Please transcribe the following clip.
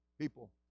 People